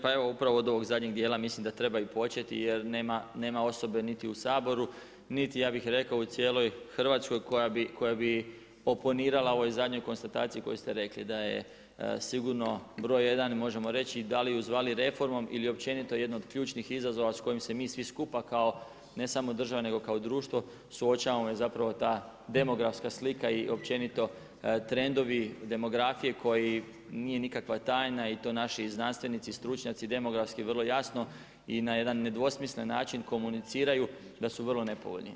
Pa evo upravo od ovog zadnjeg dijela mislim da treba i početi jer nema osobe niti u Saboru, niti u cijeloj Hrvatskoj koja bi oponirala u ovoj zadnjoj konstataciji koju ste rekli, da je sigurno broj 1 i možemo reći da li ju zvali reformom ili općenito jedno od ključnih izazova s kojom se mi svi skupa kao ne samo država nego kao društvo je ta demografska slika i trendovi demografije koji nije nikakva tajna i to naši znanstvenici i stručnjaci demografski vrlo jasno i na jedan nedvosmislen način komuniciraju da su vrlo nepovoljni.